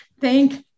Thank